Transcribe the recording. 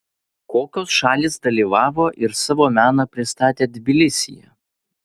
kokios šalys dalyvavo ir savo meną pristatė tbilisyje